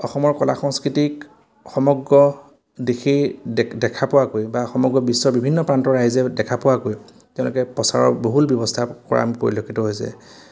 অসমৰ কলা সংস্কৃতিক সমগ্ৰ দেশেই দেখা পোৱাকৈ বা সমগ্ৰ বিশ্বৰ বিভিন্ন প্ৰান্তৰ ৰাইজে দেখা পোৱাকৈ তেওঁলোকে প্ৰচাৰৰ বহুল ব্যৱস্থা কৰা আমি পৰিলক্ষিত হৈছে